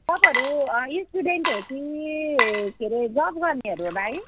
तपाईँहरू स्टुडेन्ट हो कि के अरे जब गर्नेहरू हो भाइ